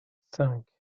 cinq